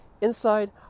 inside